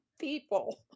people